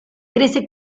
crece